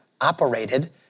operated